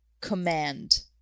command